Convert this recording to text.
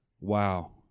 Wow